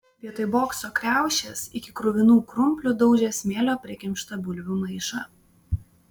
vietoj bokso kriaušės iki kruvinų krumplių daužė smėlio prikimštą bulvių maišą